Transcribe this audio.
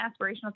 aspirational